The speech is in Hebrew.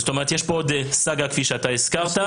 כך שיש פה עוד סאגה שלמה בהמשך.